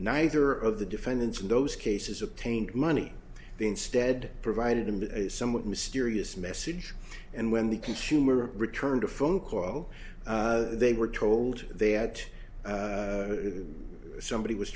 neither of the defendants in those cases obtained money instead provided them somewhat mysterious message and when the consumer returned a phone call they were told they had somebody was